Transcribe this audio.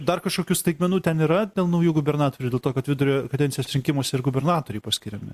dar kažkokių staigmenų ten yra dėl naujų gubernatorių dėl to kad vidurio kadencijos rinkimuose ir gubernatoriai paskiriami